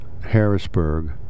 Harrisburg